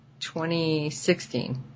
2016